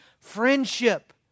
friendship